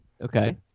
Okay